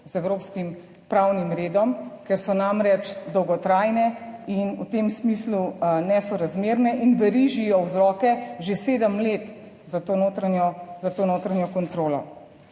z evropskim pravnim redom, ker so namreč dolgotrajne in v tem smislu nesorazmerne in verižijo vzroke že sedem let za to notranjo, za to